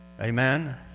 Amen